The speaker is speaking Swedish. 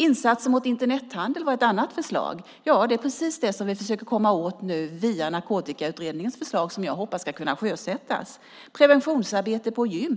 Insatser mot Internethandel var ett annat förslag. Ja, det är precis det som vi försöker komma åt nu via Narkotikautredningens förslag, som jag hoppas ska kunna sjösättas. Preventionsarbete på gym